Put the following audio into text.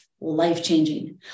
life-changing